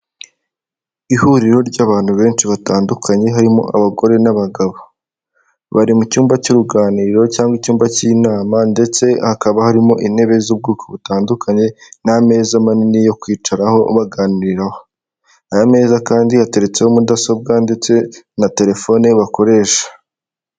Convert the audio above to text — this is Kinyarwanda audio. Ihuriro ry'abantu benshi batandukanye harimo abagore n'abagabo bari mu cyumba cy'uruganiriro cyangwa icyumba cy'inama ndetse hakaba harimo intebe z'ubwoko butandukanye n'a ameza manini yo kwicaraho baganiriraho, aya meza kandi ateretseho mudasobwa ndetse na telefone bakoresha.